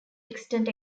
extant